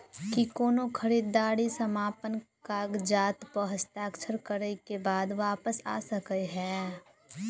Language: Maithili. की कोनो खरीददारी समापन कागजात प हस्ताक्षर करे केँ बाद वापस आ सकै है?